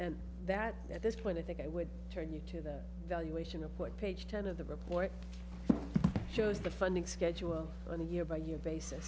and that at this point i think i would turn you to the valuation of what page ten of the report shows the funding schedule on a year by year basis